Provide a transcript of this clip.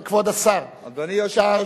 אדוני היושב-ראש,